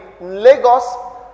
Lagos